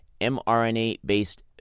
mRNA-based